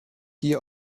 hier